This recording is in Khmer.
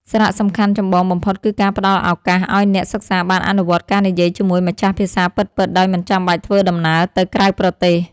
សារៈសំខាន់ចម្បងបំផុតគឺការផ្ដល់ឱកាសឱ្យអ្នកសិក្សាបានអនុវត្តការនិយាយជាមួយម្ចាស់ភាសាពិតៗដោយមិនចាំបាច់ធ្វើដំណើរទៅក្រៅប្រទេស។